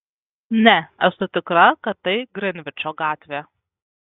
ne esu tikra kad tai grinvičo gatvė